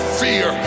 fear